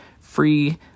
free